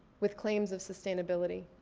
with claims of sustainability.